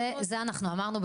זה אנחנו אמרנו,